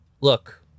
look